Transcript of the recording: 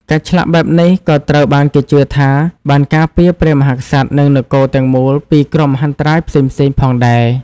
ការឆ្លាក់បែបនេះក៏ត្រូវបានគេជឿថាបានការពារព្រះមហាក្សត្រ និងនគរទាំងមូលពីគ្រោះមហន្តរាយផ្សេងៗផងដែរ។